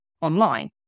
online